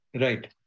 Right